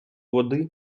води